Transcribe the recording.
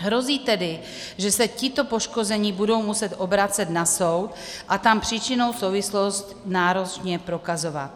Hrozí tedy, že se tito poškození budou muset obracet na soud a tam příčinnou souvislost náročně prokazovat.